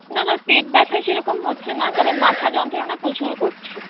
না না পেট ব্যথা সেরকম হচ্ছে না তবে মাথা যন্ত্রণা প্রচুর করছে